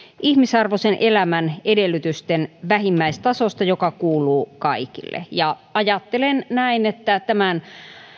ihmisarvoisen elämän edellytysten vähimmäistasosta joka kuuluu kaikille ajattelen näin että tämän